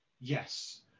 Yes